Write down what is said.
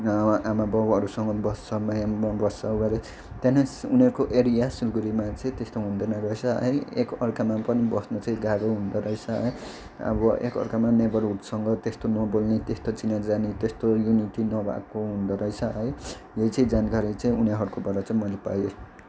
आमा बाउहरूसँग बस्छ मै म बस्छ अरे त्यहाँनिर उनीहरूको एरिया सिलगढीमा चाहिँ त्यस्तो हुँदैन रहेछ है एक अर्कामा पनि बस्नु चाहिँ गाह्रो हुँदो रहेछ है अब एक आर्कामा नेबरहुडसँग त्यस्तो नबोल्ने त्यस्तो चिनाजानी त्यस्तो युनिटी नभएको हुँदो रहेछ है यो चाहिँ जानकारी चाहिँ उनीहरूकोबाट मैले पाएँ